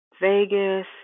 Vegas